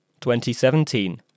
2017